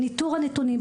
בניטור הנתונים,